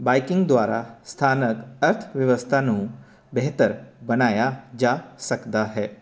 biking ਦੁਆਰਾ ਸਥਾਨਕ ਅਰਥ ਵਿਵਸਥਾ ਨੂੰ ਬਿਹਤਰ ਬਣਾਇਆ ਜਾ ਸਕਦਾ ਹੈ